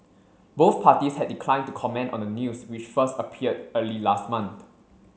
both parties had declined to comment on the news which first appeared early last month